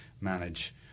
manage